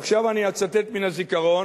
עכשיו אני אצטט מהזיכרון,